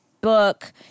book